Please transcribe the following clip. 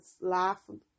laughing